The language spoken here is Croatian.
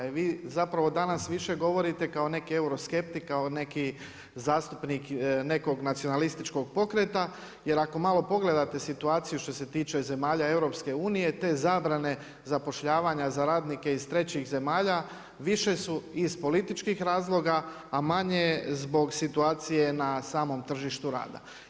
Jer vi zapravo danas više govorite kao neki euroskeptik, kao neki zastupnik nekog nacionalističkog pokreta, jer ako malo pogledate situaciju što se tiče zemalja EU te zabrane zapošljavanja za radnike iz trećih zemalja više su iz političkih razloga, a manje zbog situacije na samom tržištu rada.